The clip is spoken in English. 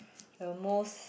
the most